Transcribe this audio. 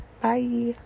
bye